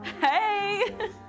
Hey